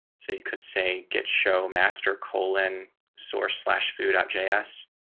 so you could say get show master colon source slash food js.